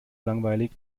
langweilig